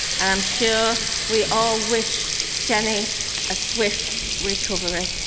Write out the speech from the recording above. and i'm sure we all wish jenny a swift recovery.